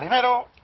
i don't